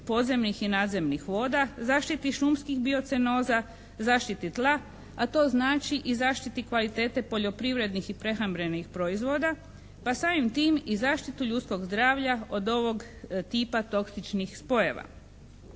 podzemnih i nadzemnih voda, zaštiti šumskih biocenoza, zaštiti tla, a to znači i zaštiti kvalitete poljoprivrednih i prehrambenih proizvoda pa samim tim i zaštitu ljudskog zdravlja od ovog tipa toksičnih spojeva.